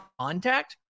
contact